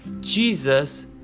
Jesus